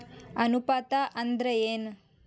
ಅನುಪಾತ ಅಂದ್ರ ಏನ್?